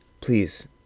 Please